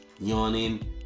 yawning